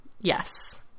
yes